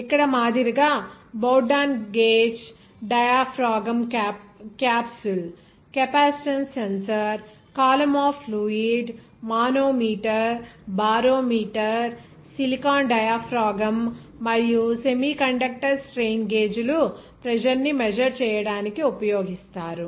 ఇక్కడ మాదిరిగా Bourdon gauge diaphragm capsule capacitance sensor column of fluid manometer barometer silicon diaphragm మరియు semiconductor strain గేజ్లు pressure ని measure చేయడానికి ఉపయోగిస్తారు